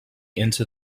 into